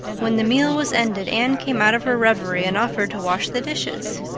when the meal was ended anne came out of her reverie and offered to wash the dishes.